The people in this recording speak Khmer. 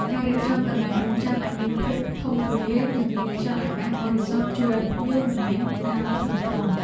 ការរៀបចំកន្លែងរង់ចាំឱ្យមានភាពធំទូលាយ និងមានខ្យល់អាកាសបរិសុទ្ធជួយឱ្យភ្ញៀវមិនមានអារម្មណ៍ធុញទ្រាន់។